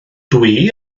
dwi